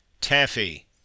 Taffy